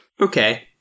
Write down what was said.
Okay